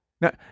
Now